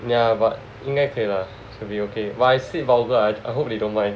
ya but 应该可以 lah should be okay !wah! I said vulgar I hope they don't mind